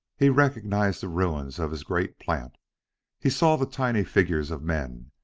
he recognized the ruins of his great plant he saw the tiny figures of men,